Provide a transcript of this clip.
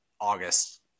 August